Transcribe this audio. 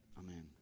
Amen